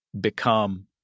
become